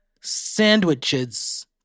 sandwiches